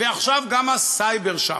ועכשיו גם הסייבר שם.